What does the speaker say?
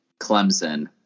Clemson